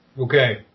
Okay